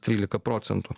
trylika procentų